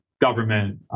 government